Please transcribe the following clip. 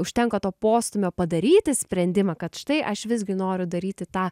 užtenka to postūmio padaryti sprendimą kad štai aš visgi noriu daryti tą